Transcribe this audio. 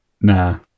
Nah